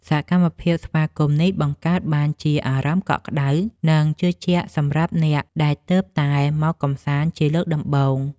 សកម្មភាពស្វាគមន៍នេះបង្កើតបានជាអារម្មណ៍កក់ក្ដៅ និងជឿជាក់សម្រាប់អ្នកដែលទើបតែមកកម្សាន្តជាលើកដំបូង។